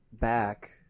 back